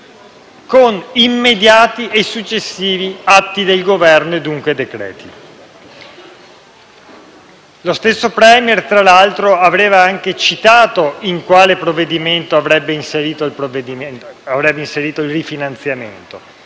con immediati e successivi atti del Governo e, dunque, decreti. Lo stesso *Premier*, tra l'altro, aveva anche citato in quale provvedimento avrebbe inserito il rifinanziamento: